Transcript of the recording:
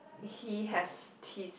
he has teeth